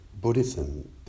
Buddhism